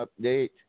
update